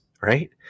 Right